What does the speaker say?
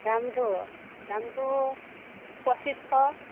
দামটো দামটো পঁচিছশ